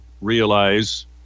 realize